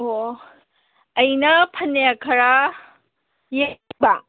ꯑꯣꯑꯣ ꯑꯩꯅ ꯐꯅꯦꯛ ꯈꯔ ꯌꯦꯡꯅꯤꯡꯕ